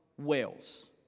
Wales